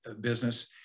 business